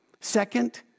Second